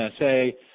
NSA